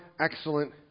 excellent